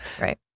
Right